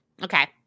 Okay